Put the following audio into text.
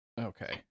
Okay